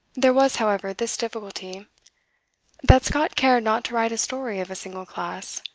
there was, however, this difficulty that scott cared not to write a story of a single class.